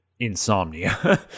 insomnia